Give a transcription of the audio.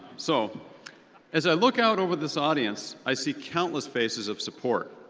so as i look out over this audience, i see countless faces of support.